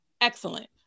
Excellent